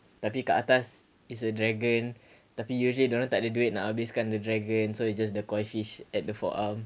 nanti kat atas it's a dragon tapi usually dia orang tak ada duit nak habiskan the dragon so it's just a koi fish at the forearm